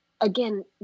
Again